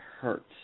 hurts